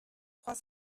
trois